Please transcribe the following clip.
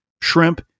shrimp